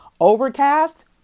Overcast